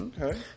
Okay